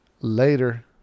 later